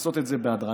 לעשות את זה בהדרגה.